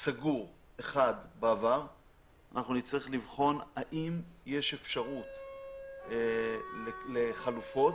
האם יש אפשרות לחלופות.